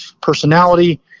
personality